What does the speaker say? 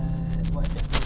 ah